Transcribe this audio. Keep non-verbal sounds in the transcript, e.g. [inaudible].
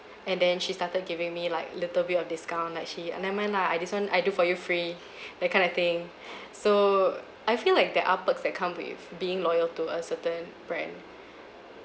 and then she started giving me like little bit of discount like she ah never mind lah I this one I do for you free [breath] that kind of thing [breath] so I feel like there are perks that comes with being loyal to a certain brand